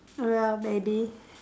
ya maybe